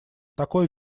такой